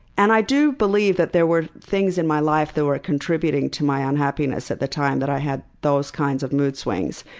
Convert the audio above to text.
and i do believe that there were things in my life that were contributing to my unhappiness at the time that i had those kinds of mood swings.